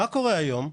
מה קורה היום,